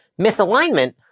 Misalignment